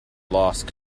lost